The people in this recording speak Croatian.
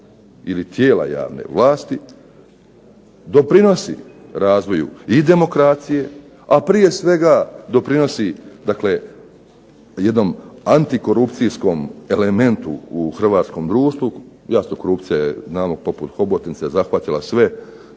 ili tijela javne vlasti doprinosi razvoju i demokracije, a prije svega doprinosi jednom antikorupcijskom elementu u Hrvatskom društvu. Jasno korupcija je poput hobotnice zahvatila sve